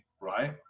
right